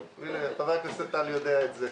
הינה, חבר הכנסת טל יודע את זה.